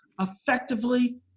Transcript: effectively